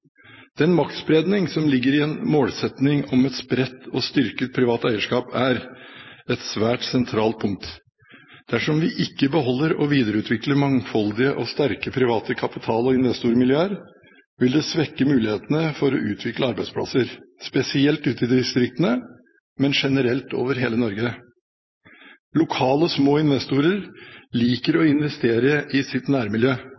Den maktspredning som ligger i en målsetting om et spredt og styrket privat eierskap, er et svært sentralt punkt. Dersom vi ikke beholder og videreutvikler mangfoldige og sterke private kapital- og investormiljøer, vil det svekke mulighetene for å utvikle arbeidsplasser, spesielt ute i distriktene, men generelt over hele Norge. Lokale, små investorer liker å investere i sitt nærmiljø